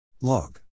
log